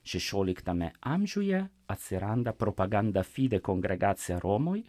šešioliktame amžiuje atsiranda propaganda fide kongregacija romoj